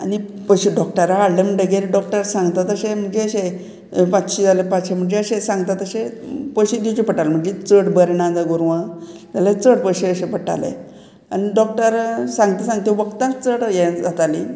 आनी पयशे डॉक्टरा हाडले म्हणटगीर डॉक्टर सांगता तशें म्हणजे अशें पांचशे जाल्यार पांचशे म्हणजे अशे सांगता तशे पयशे दिवचे पडटाले म्हणजे चड बरें ना जाल्यार गोरवां जाल्यार चड पयशे अशे पडटाले आनी डॉक्टर सांगता सांगता वखदांच चड हे जाताली